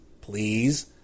please